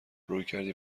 رویکردی